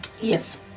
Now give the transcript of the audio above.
Yes